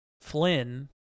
Flynn